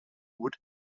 wood